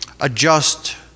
Adjust